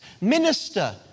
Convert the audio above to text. minister